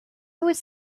was